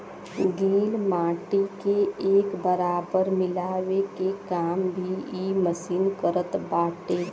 गिल माटी के एक बराबर मिलावे के काम भी इ मशीन करत बाटे